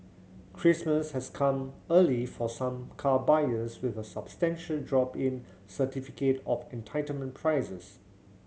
Christmas has come early for some car buyers with a substantial drop in certificate of entitlement prices